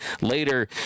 later